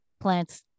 plants